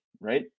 right